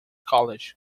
college